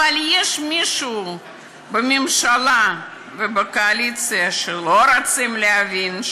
אבל יש מישהו בממשלה ובקואליציה שלא רוצה להבין,